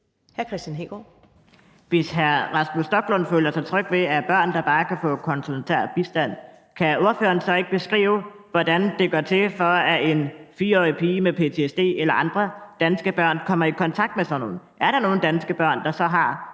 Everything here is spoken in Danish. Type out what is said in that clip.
Kristian Hegaard (RV): Hvis hr. Rasmus Stoklund føler sig tryg ved, at børn bare kan få konsulær bistand, kan ordføreren så ikke beskrive, hvordan det går til, at en 4-årig pige med ptsd eller andre danske børn kommer i kontakt med dem? Er der nogen danske børn, der så får